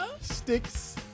Sticks